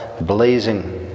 blazing